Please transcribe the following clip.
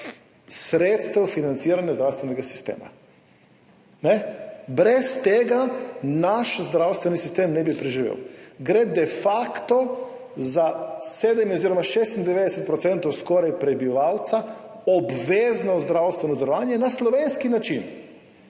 sredstev financiranja zdravstvenega sistema. Brez tega naš zdravstveni sistem ne bi preživel. Gre de facto za skoraj 96 % prebivalcev za obvezno zdravstveno zavarovanje na slovenski način.